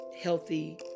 healthy